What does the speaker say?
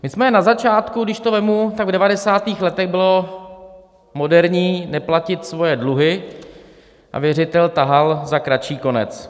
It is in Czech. My jsme na začátku, když to vezmu, tak v devadesátých letech bylo moderní neplatit svoje dluhy a věřitel tahal za kratší konec.